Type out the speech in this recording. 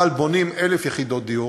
אבל בונים 1,000 יחידות דיור,